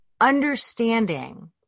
understanding